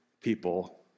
people